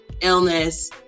illness